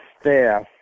staff